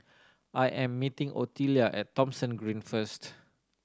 I am meeting Ottilia at Thomson Green first